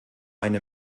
eine